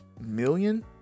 million